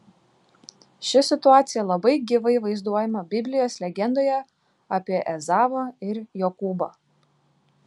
ši situacija labai gyvai vaizduojama biblijos legendoje apie ezavą ir jokūbą